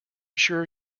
sure